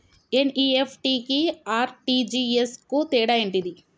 NEFT కి RTGS కు తేడా ఏంటిది?